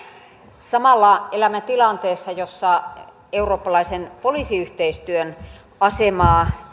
samalla elämme tilanteessa jossa eurooppalaisen poliisiyhteistyön asemaa